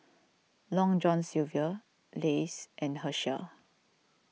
Long John Silver Lays and Herschel